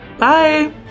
Bye